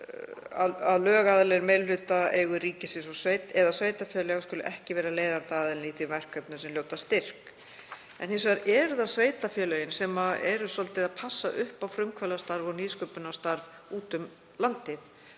að lögaðilar í meirihlutaeigu ríkisins eða sveitarfélaga skuli ekki vera leiðandi aðili í þeim verkefnum sem hljóta styrk. Hins vegar eru það sveitarfélögin sem eru svolítið að passa upp á frumkvöðlastarf og nýsköpunarstarf úti um landið.